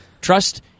trust